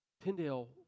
Tyndale